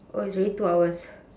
oh it's already two hours